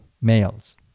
males